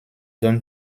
donne